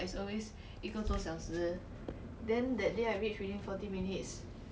is it very very near orh no wonder